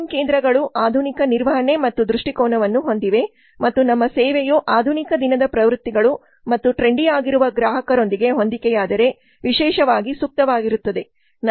shopping ಕೇಂದ್ರಗಳು ಆಧುನಿಕ ನಿರ್ವಹಣೆ ಮತ್ತು ದೃಷ್ಟಿಕೋನವನ್ನು ಹೊಂದಿವೆ ಮತ್ತು ನಮ್ಮ ಸೇವೆಯು ಆಧುನಿಕ ದಿನದ ಪ್ರವೃತ್ತಿಗಳು ಮತ್ತು ಟ್ರೆಂಡಿಯಾಗಿರುವ ಗ್ರಾಹಕರೊಂದಿಗೆ ಹೊಂದಿಕೆಯಾದರೆ ವಿಶೇಷವಾಗಿ ಸೂಕ್ತವಾಗಿರುತ್ತದೆ